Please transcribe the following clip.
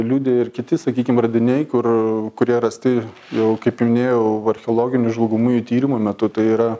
liudija ir kiti sakykim radiniai kur kurie rasti jau kaip minėjau archeologinių žvalgomųjų tyrimų metu tai yra